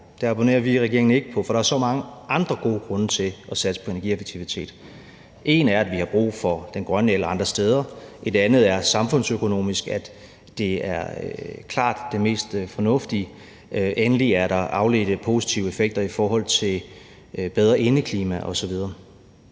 det abonnerer vi ikke på i regeringen, for der er så mange andre gode grunde til at satse på energieffektivitet. En grund er, at vi har brug for den grønne el andre steder. En anden er, at det samfundsøkonomisk klart er det mest fornuftige. Endelig er der afledte positive effekter i forhold til bedre indeklima osv.